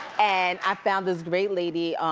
and i found this great lady,